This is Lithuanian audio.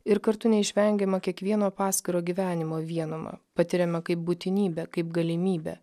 ir kartu neišvengiamą kiekvieno paskiro gyvenimo vienumą patiriame kaip būtinybę kaip galimybę